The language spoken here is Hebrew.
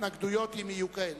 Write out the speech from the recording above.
ההתנגדויות, אם יהיו כאלה.